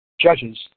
judges